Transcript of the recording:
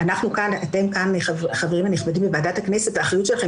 אתם כאן החברים הנכבדים בוועדת הכנסת והאחריות שלכם